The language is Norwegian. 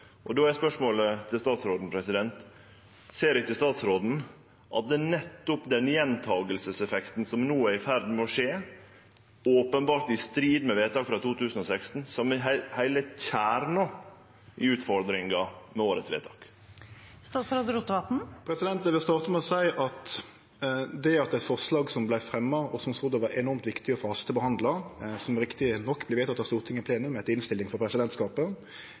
Då er spørsmålet til statsråden: Ser ikkje statsråden at det er nettopp den gjentakingseffekten som no er i ferd med å skje, og som openbert er i strid med vedtaket frå 2016, som er heile kjernen i utfordringa med årets vedtak? Eg vil starte med å seie at det at det forslaget som vart fremja, og som det var enormt viktig å få hastebehandla – og som riktig nok vart vedteke av Stortinget i plenum etter innstilling frå presidentskapet